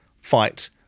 fight